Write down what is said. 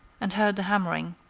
and heard the hammering.